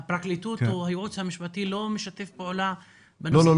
הפרקליטות או הייעוץ המשפטי לא משתף פעולה בנושא --- לא,